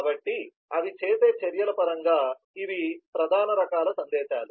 కాబట్టి అవి చేసే చర్యల పరంగా ఇవి ప్రధాన రకాల సందేశాలు